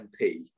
MP